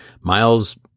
Miles